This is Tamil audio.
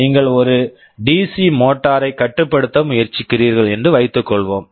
நீங்கள் ஒரு டிசி DC மோட்டார் motor ஐக் கட்டுப்படுத்த முயற்சிக்கிறீர்கள் என்று வைத்துக்கொள்வோம்